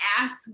ask